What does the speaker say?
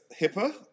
HIPAA